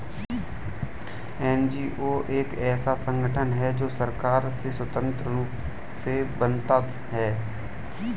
NGO एक ऐसा संगठन है जो सरकार से स्वतंत्र रूप से बनता है